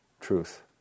truth